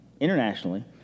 internationally